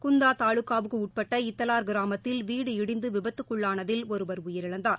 குந்தா தாலுகாவுக்கு உட்பட்ட இத்தவார் கிராமத்தில் வீடு இடிந்து விபத்துக்குள்ளானதில் ஒருவா உயிரிழந்தார்